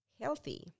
healthy